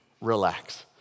Relax